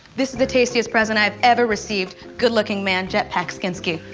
this is the tastiest present i have ever received. good looking man, jet packinski.